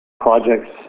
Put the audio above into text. projects